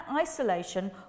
isolation